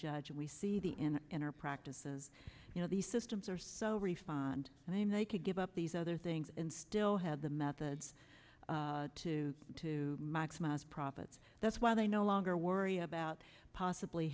judge and we see the end in our practices you know these systems are so respond and then they could give up these other things and still have the methods to to maximize profits that's why they no longer worry about possibly